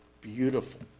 beautiful